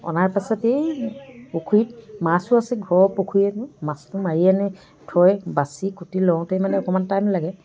অনাৰ পাছতেই পুখুৰীত মাছো আছে ঘৰ পুখুৰীত মাছটো মাৰি আনে থৈ বাচি কুটি লওঁতে মানে অকণমান টাইম লাগে